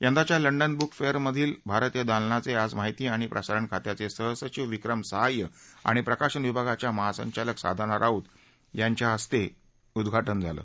यंदाच्या London book fair मधील भारतीय दालनाचे आज माहिती आणि प्रसारण खात्याचे सहसचीव विक्रम सहाय आणि प्रकाशन विभागाच्या महासंचालक साधना राऊत यांच्या हस्ते उद्घाटन झाले